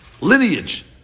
lineage